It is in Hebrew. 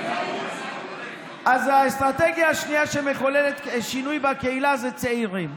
אז האסטרטגיה השנייה שמחוללת שינוי בקהילה זה צעירים.